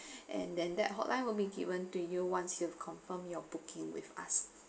and then that hotline will be given to you once you've confirmed your booking with us